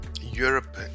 Europe